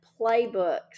playbooks